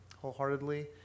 wholeheartedly